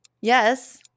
Yes